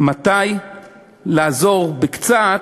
מתי לעזור קצת,